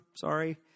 sorry